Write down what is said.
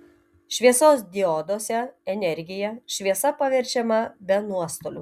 šviesos dioduose energija šviesa paverčiama be nuostolių